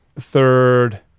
third